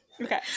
Okay